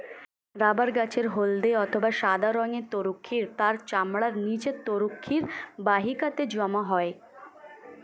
rubber গাছের হল্দে অথবা সাদা রঙের তরুক্ষীর তার চামড়ার নিচে তরুক্ষীর বাহিকাতে জমা হয়